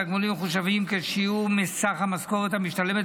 התגמולים מחושבים כשיעור מסך המשכורת המשתלמת